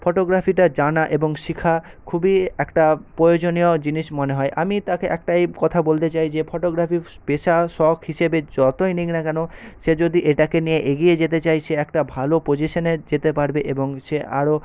ফটোগ্রাফিটা জানা এবং শেখা খুবই একটা প্রয়োজনীয় জিনিস মনে হয় আমি তাকে একটাই কথা বলতে চাই যে ফটোগ্রাফি পেশা শখ হিসেবে যতই নিক না কেনো সে যদি এটাকে নিয়ে এগিয়ে যেতে চায় সে একটা ভালো পজিশনে যেতে পারবে এবং সে আরও